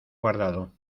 guardado